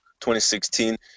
2016